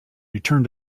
return